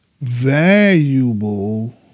valuable